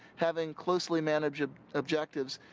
having closely managed objectives.